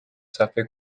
صفحه